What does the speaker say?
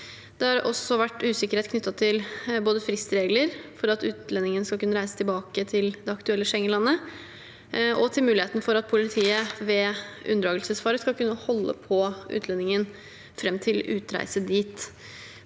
Det har også vært usikkerhet knyttet både til fristregler, for at utlendingen skal kunne reise tilbake til det aktuelle Schengen-landet, og til muligheten for at politiet ved unndragelsesfare skal kunne holde på utlendingen fram til utreise dit.